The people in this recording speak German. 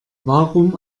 warum